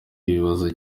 kibazo